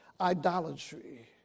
idolatry